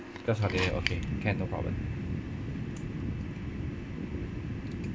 that's okay okay can no problem